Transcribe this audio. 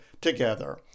together